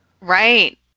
Right